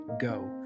Go